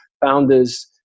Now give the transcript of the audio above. founders